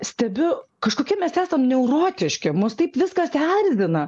stebiu kažkokie mes esam neurotiškia mus taip viskas erzina